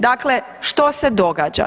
Dakle, što se događa?